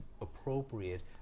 appropriate